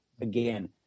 again